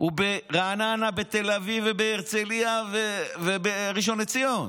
הוא ברעננה, בתל אביב, בהרצליה ובראשון לציון